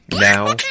now